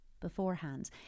beforehand